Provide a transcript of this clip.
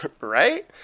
Right